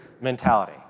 mentality